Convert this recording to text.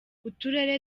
uturere